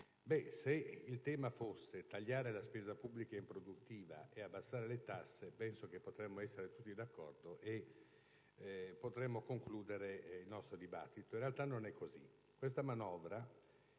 Se il tema fosse tagliare la spesa pubblica improduttiva e abbassare le tasse, penso che saremmo tutti d'accordo e potremmo concludere il nostro dibattito. In realtà, non è così.